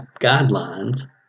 guidelines